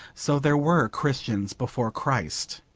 so there were christians before christ.